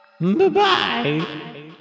Bye-bye